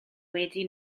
wedi